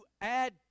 add